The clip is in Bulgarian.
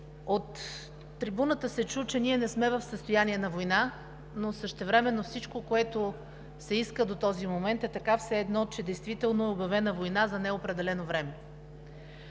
От трибуната се чу, че ние не сме в състояние на война, но същевременно всичко, което се иска до този момент, е така, че все едно действително е обявена война за неопределено време.